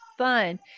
fun